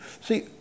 See